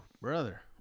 Brother